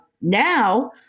now